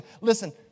listen